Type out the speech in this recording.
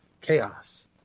Chaos